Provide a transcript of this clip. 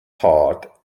hard